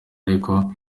ariko